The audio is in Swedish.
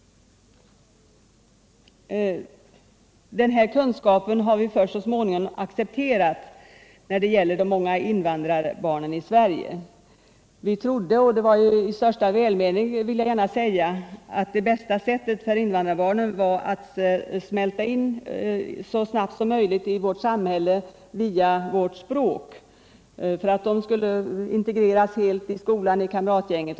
Detta är en kunskap som vi så småningom har fått acceptera när det gäller de många invandrarbarnen i Sverige. Vi trodde — och jag vill gärna säga att vi gjorde det i största välmening — att det bästa för invandrarbarnen var att så snabbt som möjligt smälta in i vårt samhälle via vårt språk, så att de integrerades helt i skolan och kamratgänget.